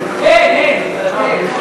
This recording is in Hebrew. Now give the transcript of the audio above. לוועדות?